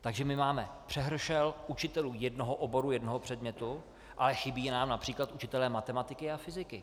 Takže máme přehršel učitelů jednoho oboru, jednoho předmětu, ale chybí nám například učitelé matematiky a fyziky.